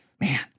man